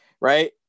Right